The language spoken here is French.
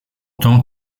tant